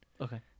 Okay